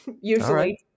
Usually